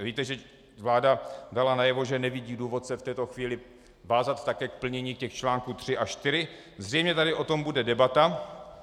Víte, že vláda dala najevo, že nevidí důvod se v této chvíli vázat také k plnění článků 3 a 4, zřejmě tady o tom bude debata.